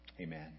Amen